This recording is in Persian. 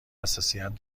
حساسیت